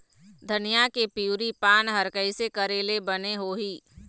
धनिया के पिवरी पान हर कइसे करेले बने होही?